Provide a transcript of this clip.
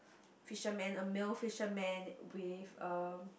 fisherman a male fisherman with um